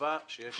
וקבע שיש